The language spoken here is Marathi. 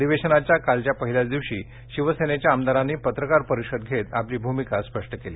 अधिवेशनाच्या कालच्या पहिल्याच दिवशी शिवसेनेच्या आमदारांनी पत्रकार परिषद घेत आपली भूमिका स्पष्ट केली